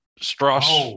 Strauss